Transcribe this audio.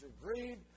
greed